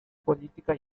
política